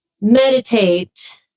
meditate